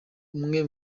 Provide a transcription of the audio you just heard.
umwe